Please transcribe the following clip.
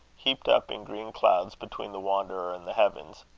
heaped up in green clouds between the wanderer and the heavens.